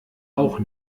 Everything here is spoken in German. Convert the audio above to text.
auch